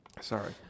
Sorry